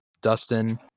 Dustin